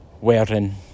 wearing